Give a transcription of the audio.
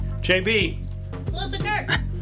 JB